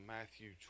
Matthew